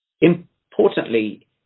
Importantly